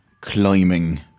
climbing